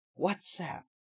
WhatsApp